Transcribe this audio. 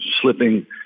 slipping